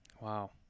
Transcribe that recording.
Wow